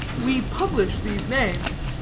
we publish these names.